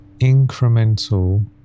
incremental